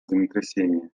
землетрясения